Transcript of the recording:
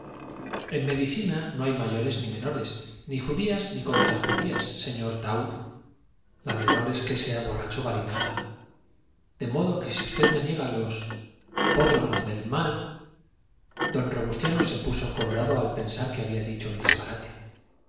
en medicina no hay mayores ni menores ni judías ni contrajudías señor tahúr la menor es que sea borracho barinaga de modo que si usted me niega los prodromos del mal don robustiano se puso colorado al pensar que había dicho un disparate